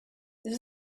this